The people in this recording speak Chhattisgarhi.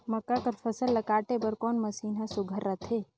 मक्का कर फसल ला काटे बर कोन मशीन ह सुघ्घर रथे?